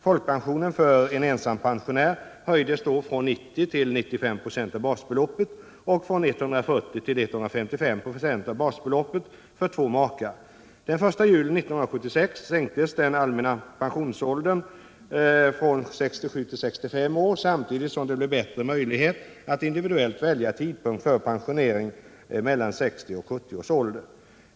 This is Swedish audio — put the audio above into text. Folkpensionen för en ensampensionär höjdes då från 90 till 95 96 av basbeloppet och från 140 till 155 26 av basbeloppet för två makar. Den 1 juli 1976 sänktes den allmänna pensionsåldern från 67 till 65 år, samtidigt som det blev större möjligheter att individuellt välja tidpunkt för pensionering mellan 60 och 70 års ålder.